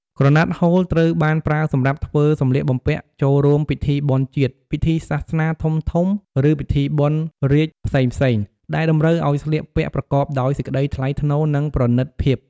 ក្រណាត់ហូល ត្រូវបានប្រើសម្រាប់ធ្វើសម្លៀកបំពាក់ចូលរួមពិធីបុណ្យជាតិ ពិធីសាសនាធំៗ ឬពិធីបុណ្យរាជ្យផ្សេងៗ ដែលតម្រូវឱ្យស្លៀកពាក់ប្រកបដោយសេចក្តីថ្លៃថ្នូរ និងប្រណីតភាព។